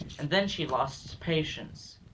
and then she lost patience.